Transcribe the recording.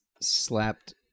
slapped